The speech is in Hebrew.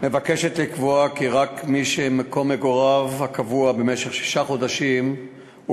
מבקשת לקבוע כי רק מי שמקום מגוריו הקבוע במשך שישה חודשים הוא